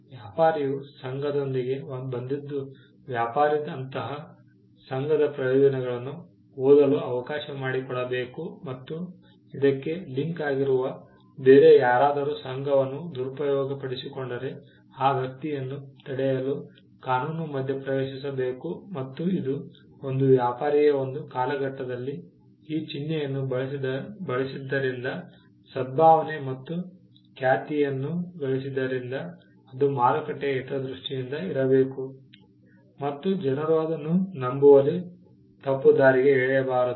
ವ್ಯಾಪಾರಿಯು ಸಂಘದೊಂದಿಗೆ ಬಂದಿದ್ದು ವ್ಯಾಪಾರಿ ಅಂತಹ ಸಂಘದ ಪ್ರಯೋಜನಗಳನ್ನು ಓದಲು ಅವಕಾಶ ಮಾಡಿಕೊಡಬೇಕು ಮತ್ತು ಇದಕ್ಕೆ ಲಿಂಕ್ ಆಗಿರುವ ಬೇರೆ ಯಾರಾದರೂ ಸಂಘವನ್ನು ದುರುಪಯೋಗಪಡಿಸಿಕೊಂಡರೆ ಆ ವ್ಯಕ್ತಿಯನ್ನು ತಡೆಯಲು ಕಾನೂನು ಮಧ್ಯಪ್ರವೇಶಿಸಬೇಕು ಮತ್ತು ಇದು ಒಂದು ವ್ಯಾಪಾರಿಯು ಒಂದು ಕಾಲಘಟ್ಟದಲ್ಲಿ ಈ ಚಿಹ್ನೆಯನ್ನು ಬಳಸಿದ್ದರಿಂದ ಸದ್ಭಾವನೆ ಮತ್ತು ಖ್ಯಾತಿಯನ್ನು ಗಳಿಸಿದ್ದರಿಂದ ಅದು ಮಾರುಕಟ್ಟೆಯ ಹಿತದೃಷ್ಟಿಯಿಂದ ಇರಬೇಕು ಮತ್ತು ಜನರು ಅದನ್ನು ನಂಬುವಲ್ಲಿ ತಪ್ಪುದಾರಿಗೆ ಎಳೆಯಬಾರದು